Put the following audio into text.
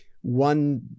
one